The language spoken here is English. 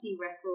record